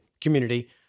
community